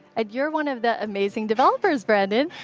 and you're one of the amazing developers, brandon.